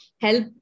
help